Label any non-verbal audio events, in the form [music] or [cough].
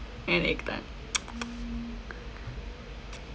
and egg tart [noise]